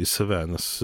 į save nes